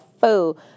fool